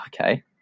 okay